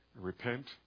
repent